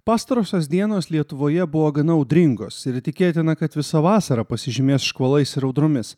pastarosios dienos lietuvoje buvo gana audringos ir tikėtina kad visa vasara pasižymės škvalais ir audromis